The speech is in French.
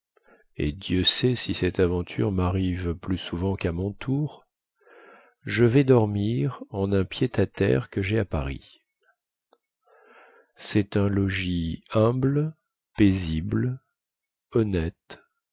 et dieu sait si cette aventure marrive plus souvent quà mon tour je vais dormir en un pied-à-terre que jai à paris cest un logis humble paisible honnête